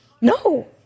No